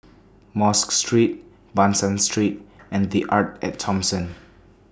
Mosque Street Ban San Street and The Arte At Thomson